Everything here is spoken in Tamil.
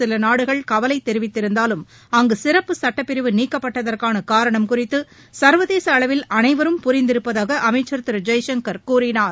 சிலநாடுகள் மற்றம் கவலைதெரிவித்திருந்தாலும் அங்குசிறப்பு சுட்டப்பிரிவு நீக்கப்பட்டதற்கானகாரணம் குறித்துசர்வதேசஅளவில் அனைவரும் புரிந்திருப்பதாகஅமைச்சர் திருஜெய்சங்கர் கூறினார்